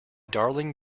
darling